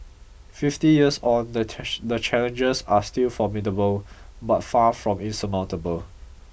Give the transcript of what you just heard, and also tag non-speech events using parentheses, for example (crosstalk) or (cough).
fifty years on the (unintelligible) the challenges are still formidable but far from insurmountable